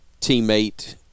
teammate